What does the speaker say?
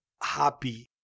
happy